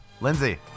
Lindsay